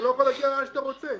אתה לא יכול להגיע לאן שאתה רוצה.